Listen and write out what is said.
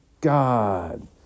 God